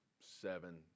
seven